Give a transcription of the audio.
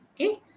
Okay